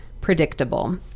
predictable